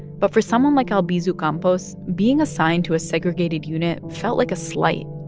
but for someone like albizu campos, being assigned to a segregated unit felt like a slight,